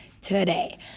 today